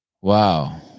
Wow